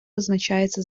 визначається